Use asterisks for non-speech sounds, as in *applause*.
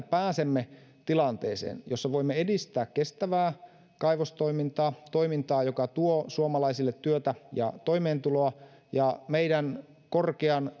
*unintelligible* pääsemme eteenpäin tilanteeseen jossa voimme edistää kestävää kaivostoimintaa toimintaa joka tuo suomalaisille työtä ja toimeentuloa ja meidän korkean *unintelligible*